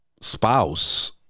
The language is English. spouse